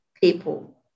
people